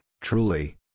Truly